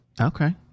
Okay